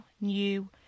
new